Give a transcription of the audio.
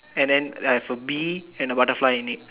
and then I have a bee and a butterfly in it